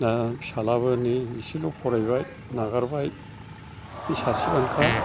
दा फिसालायाबो नै एसेल' फरायबाय नागारबाय बे सासे बानोखा